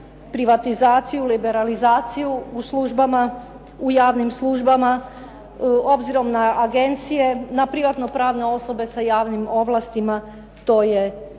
privatizaciju, liberalizaciju u službama, u javnim službama, obzirom na agencije, na privatno pravne osobe sa javnim ovlastima. To je dobra